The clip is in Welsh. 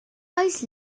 oes